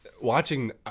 Watching